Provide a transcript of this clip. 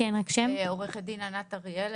עורכת דין ענת אריאל,